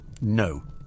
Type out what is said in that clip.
No